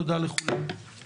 תודה לכולם, הישיבה נעולה.